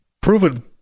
proven